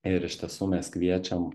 ir iš tiesų mes kviečiam